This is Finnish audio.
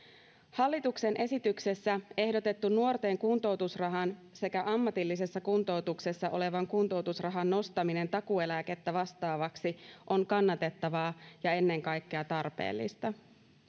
hallituksen esityksessä ehdotettu nuorten kuntoutusrahan sekä ammatillisessa kuntoutuksessa olevan kuntoutusrahan nostaminen takuueläkettä vastaavaksi on kannatettavaa ja ennen kaikkea tarpeellista